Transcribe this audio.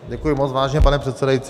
Děkuji moc, vážený pane předsedající.